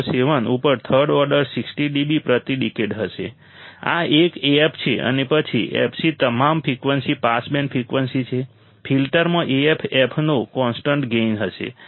707 ઉપર third order 60 dB પ્રતિ decade હશે આ એક Af છે અને પછી fc તમામ ફ્રિકવન્સી પાસ બેન્ડ ફ્રિકવન્સી છે ફિલ્ટરમાં Af f નો કોન્સ્ટન્ટ ગેઈન થશે